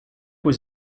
was